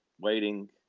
Waiting